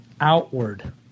outward